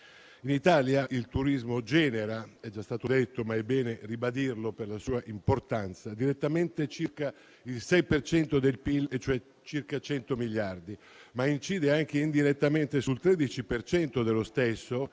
In Italia il turismo genera - è già stato detto, ma è bene ribadirlo per la sua importanza - direttamente circa il 6 per cento del PIL (circa 100 miliardi), ma incide anche indirettamente sul 13 per cento